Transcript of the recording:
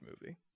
movie